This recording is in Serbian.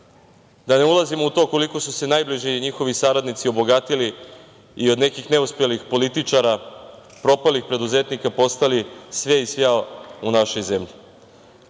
da ne ulazimo u to koliko su se najbliži njihovi saradnici obogatili, i od nekih neuspelih političara, propalih preduzetnika postali sve i svja u našoj zemlji. Ono